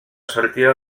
sortida